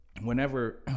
whenever